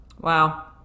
Wow